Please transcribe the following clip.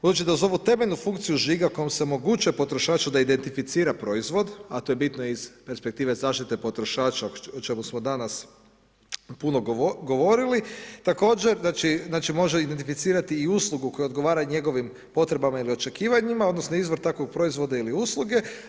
Budući da uz ovu temeljnu funkciju žiga kojom se omogućuje potrošaču da identificira proizvod, a to je bitno iz perspektive zaštite potrošača o čemu smo danas puno govorili, također znači može identificirati i uslugu koja odgovara njegovim potrebama ili očekivanjima odnosno izvor takvog proizvoda ili usluge.